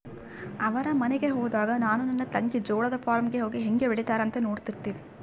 ಅವರ ಮನೆಗೆ ಹೋದಾಗ ನಾನು ನನ್ನ ತಂಗಿ ಜೋಳದ ಫಾರ್ಮ್ ಗೆ ಹೋಗಿ ಹೇಂಗೆ ಬೆಳೆತ್ತಾರ ಅಂತ ನೋಡ್ತಿರ್ತಿವಿ